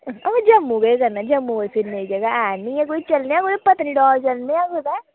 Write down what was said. आ जम्मू केह् करना जम्मू कोई फिरने दे जगह ऐ नी ऐ कोई चलने आं कोई पत्नीटाप चलने आं कुतै